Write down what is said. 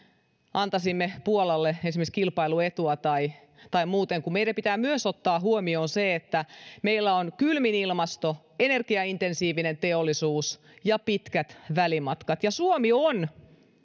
antaisimme esimerkiksi puolalle kilpailuetua tai tai muuta kun meidän pitää ottaa huomioon myös se että meillä on kylmin ilmasto energiaintensiivinen teollisuus ja pitkät välimatkat ja suomi on jo